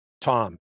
tom